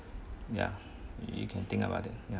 ya you can think about that ya